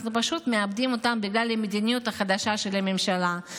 אנחנו פשוט מאבדים אותם בגלל המדיניות החדשה של הממשלה.